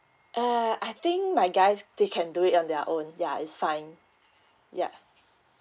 uh I think my guys they can do it on their own ya is fine ya